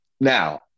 Now